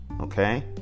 Okay